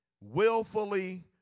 willfully